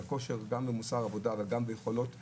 גם במוסר עבודה וגם ביכולות עבודה,